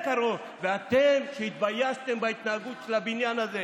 קריאות: וגם בהיותי בשנתיים של סבבי בחירות מחוץ לכנסת,